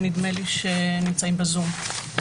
שנדמה לי שנמצאים בזום.